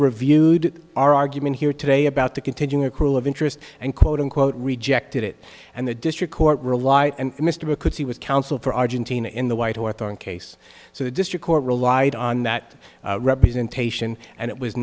reviewed our argument here today about the continuing accrual of interest and quote unquote rejected it and the district court relied and mr because he was counsel for argentina in the white orthon case so the district court relied on that representation and it was